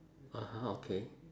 (uh huh) okay